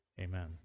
Amen